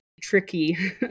tricky